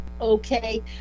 okay